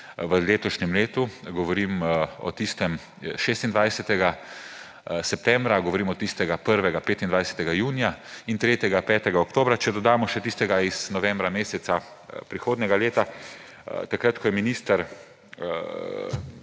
v letošnjem letu. Govorim o tistem 26. septembra, govorim o tistem 25. junija in o tretjem 5. oktobra, če dodamo še tistega iz novembra meseca prihodnjega leta, takrat ko je minister